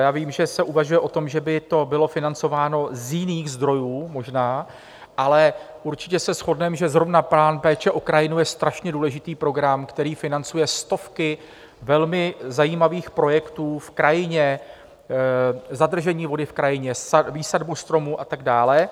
Já vím, že se uvažuje o tom, že by to bylo financováno možná z jiných zdrojů, ale určitě se shodneme, že zrovna Program péče o krajinu je strašně důležitý program, který financuje stovky velmi zajímavých projektů v krajině, zadržení vody v krajině, výsadbu stromů a tak dále.